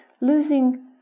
losing